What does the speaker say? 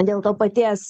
dėl to paties